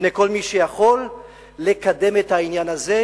בפני כל מי שיכול לקדם את העניין הזה,